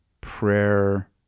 prayer